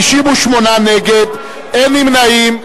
58 נגד, אין נמנעים.